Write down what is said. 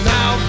Now